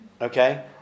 Okay